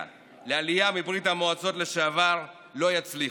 לעלייה מברית המועצות לשעבר לא יצליחו.